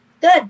Good